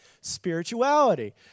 spirituality